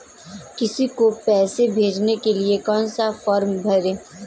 किसी को पैसे भेजने के लिए कौन सा फॉर्म भरें?